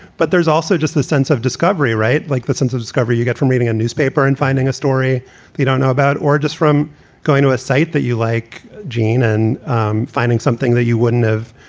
but there's also just the sense of discovery, right? like the sense of discovery you get from reading a newspaper and finding a story you don't know about or just from going to a site that you like, gene, and um finding something that you wouldn't have,